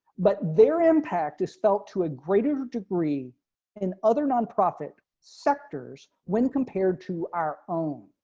but their impact is felt to a greater degree in other nonprofit sectors when compared to our own